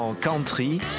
Country